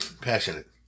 passionate